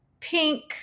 pink